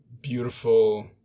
beautiful